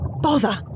Bother